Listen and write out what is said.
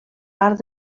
part